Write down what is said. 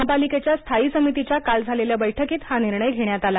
महापालिकेच्या स्थायी समितीच्या काल झालेल्या बैठकीत हा निर्णय घेण्यात आला